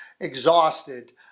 exhausted